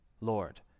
Lord